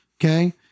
okay